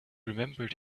remembered